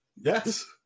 Yes